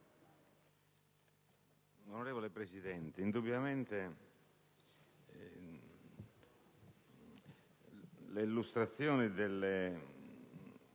Onorevole Presidente, indubbiamente l'illustrazione delle